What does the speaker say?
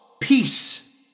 Peace